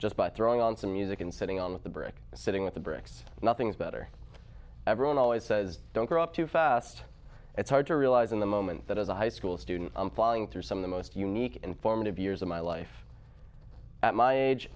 just by throwing on some music and sitting on the brick sitting with the bricks nothing's better everyone always says don't grow up too fast it's hard to realize in the moment that as a high school student i'm flying through some of the most unique and formative years of my life at my age